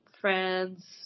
friends